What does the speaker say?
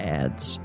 ads